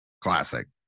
Classic